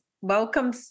Welcome